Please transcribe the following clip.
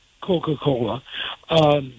Coca-Cola